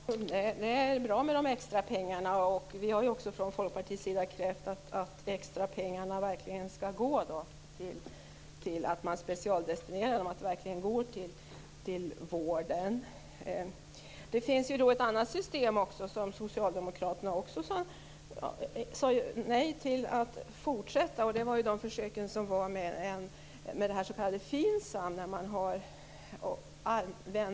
Fru talman! Det är bra med extra pengar. Vi i Folkpartiet har också krävt att de extra pengarna specialdestineras så att de verkligen går till vården. Det finns ett annat system som socialdemokraterna också sade nej till att fortsätta driva. Det var de försök som gjordes med det s.k. Finsam.